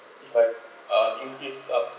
if I uh increase up to